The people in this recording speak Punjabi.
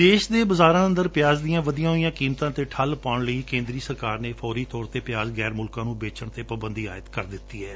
ਦੇਸ਼ ਦੇ ਬਜਾਰਾਂ ਅੰਦਰ ਪਿਆਜ ਦੀਆਂ ਵਧੀਆ ਹੋਈਆਂ ਕੀਮਤਾਂ ਤੇ ਠਲਪਾਣ ਲਈ ਕੇਂਦਰੀ ਸਰਕਾਰ ਨੇ ਫੌਰੀ ਤੌਰ ਤੇ ਪਿਆਜ ਗੈਰ ਮੁਲਕਾ ਨੂੰ ਬੇਚਣ ਤੇ ਪਾਬੰਦੀ ਆਏਦ ਕਰ ਦਿੱਤੀ ਹੈ